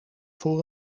voor